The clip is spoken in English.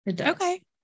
Okay